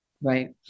Right